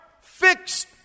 fixed